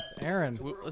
Aaron